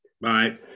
Bye